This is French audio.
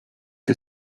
que